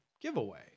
giveaway